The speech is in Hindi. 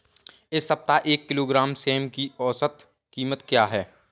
इस सप्ताह एक किलोग्राम सेम की औसत कीमत क्या है?